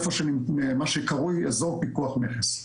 מה שקרוי 'אזור פיקוח מכס'.